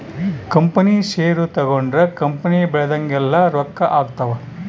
company share ತಗೊಂಡ್ರ company ಬೆಳ್ದಂಗೆಲ್ಲ ರೊಕ್ಕ ಆಗ್ತವ್